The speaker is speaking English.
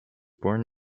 born